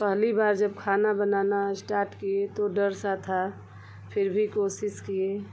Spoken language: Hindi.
पहली बार जब खाना बनाना स्टार्ट किए तो डर सा था फिर भी कोशिश किए